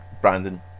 Brandon